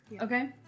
okay